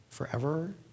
forever